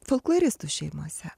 folkloristų šeimose